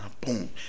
boom